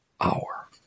hour